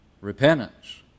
Repentance